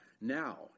now